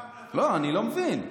לא, אני לא מבין.